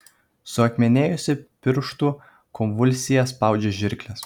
suakmenėjusi pirštų konvulsija spaudžia žirkles